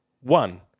One